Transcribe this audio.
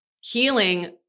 healing